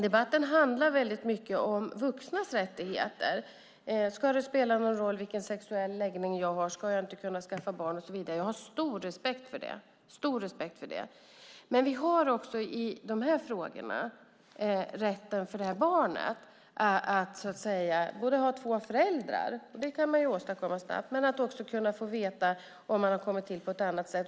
Debatten handlar väldigt mycket om vuxnas rättigheter: Ska det spela någon roll vilken sexuell läggning jag har, ska jag inte kunna skaffa barn, och så vidare? Jag har stor respekt för det. Men i de här frågorna har vi också att tillgodose rätten för barnet att ha två föräldrar, och det kan man åstadkomma snabbt, men barnet ska också kunna få veta om det har kommit till på ett annat sätt.